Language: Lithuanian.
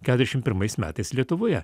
keturiasdešim pirmais metais lietuvoje